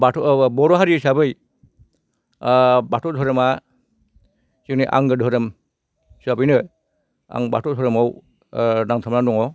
बाथौ बर' हारि हिसाबै बाथौ धोरोमा जोंनि आंगो धोरोम हिसाबैनो आं बाथौ धोरोमाव नांथाबानानै दङ